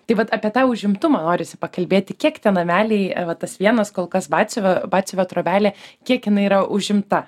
tai vat apie tą užimtumą norisi pakalbėti kiek tie nameliai va tas vienas kol kas batsiuvio batsiuvio trobelė kiek jinai yra užimta